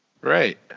Right